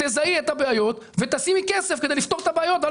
תזהי את הבעיות ותשימי כסף כדי לפתור את הבעיות ואל